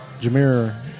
Jameer